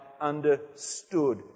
understood